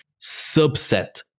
subset